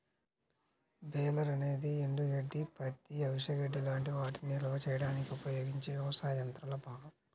baler అనేది ఎండుగడ్డి, పత్తి, అవిసె గడ్డి లాంటి వాటిని నిల్వ చేయడానికి ఉపయోగించే వ్యవసాయ యంత్రాల భాగం